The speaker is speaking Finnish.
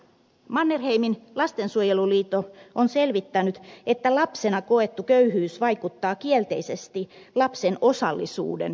mannerheimin lastensuojeluliitto on selvittänyt että lapsena koettu köyhyys vaikuttaa kielteisesti lapsen osallisuuden kokemuksiin